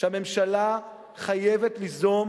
שהממשלה חייבת ליזום